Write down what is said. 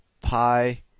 pi